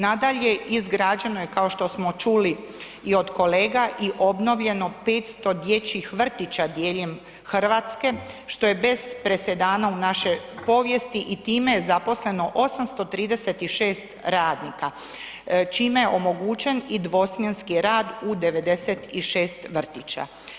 Nadalje, izgrađeno je kao što smo čuli i od kolega i obnovljeno 500 dječjih vrtića diljem RH, što je bez presedana u našoj povijesti i time je zaposleno 836 radnika, čime je omogućen i dvosmjenski rad u 96 vrtića.